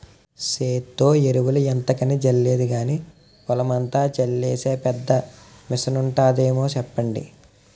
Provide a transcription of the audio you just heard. సేత్తో ఎరువులు ఎంతకని జల్లేది గానీ, పొలమంతా జల్లీసే పెద్ద మిసనుంటాదేమో సెప్పండి?